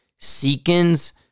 Seekins